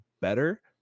better